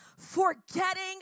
forgetting